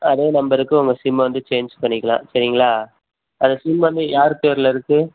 அதே நம்பருக்கு உங்கள் சிம்மை வந்து சேஞ்ச் பண்ணிக்கலாம் சரிங்களா அது சிம் வந்து யார் பேரில் இருக்குது